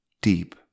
deep